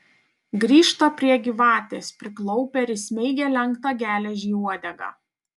grįžta prie gyvatės priklaupia ir įsmeigia lenktą geležį į uodegą